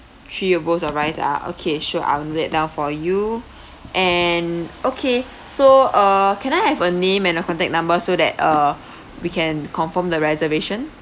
three bowls of rice ah okay sure I will note that down for you and okay so uh can I have a name and a contact number so that uh we can confirm the reservation